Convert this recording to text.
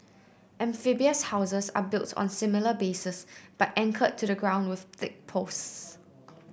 amphibious houses are built on similar bases but anchored to the ground with thick posts